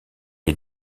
est